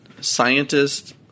scientists